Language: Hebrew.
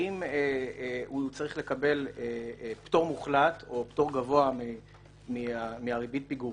האם הוא צריך לקבל פטור מוחלט או פטור גבוה מריבית הפיגורים?